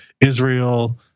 Israel